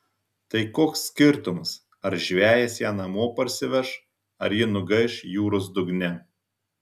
tai koks skirtumas ar žvejas ją namo parsiveš ar ji nugaiš jūros dugne